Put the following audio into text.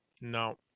no